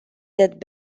that